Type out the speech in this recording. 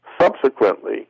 Subsequently